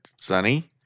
Sunny